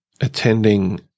attending